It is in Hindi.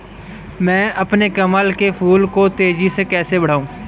मैं अपने कमल के फूल को तेजी से कैसे बढाऊं?